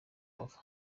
bava